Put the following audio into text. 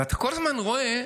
ואתה כל הזמן רואה,